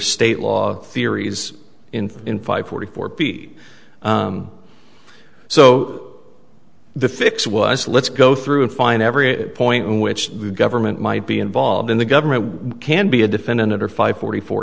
state law theories in in five forty four p so the fix was let's go through and find every point in which the government might be involved in the government can be a defendant under five forty fo